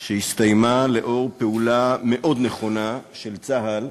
שהסתיימה, לאור פעולה מאוד נכונה של צה"ל,